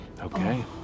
Okay